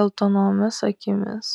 geltonomis akimis